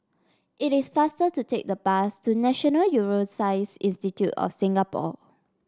it is faster to take the bus to National Neuroscience Institute of Singapore